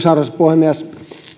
arvoisa puhemies